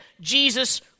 Jesus